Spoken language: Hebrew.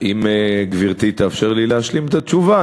גברתי תאפשר לי להשלים את התשובה,